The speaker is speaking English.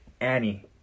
annie